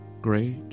Great